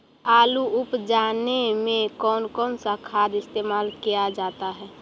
आलू उप जाने में कौन कौन सा खाद इस्तेमाल क्या जाता है?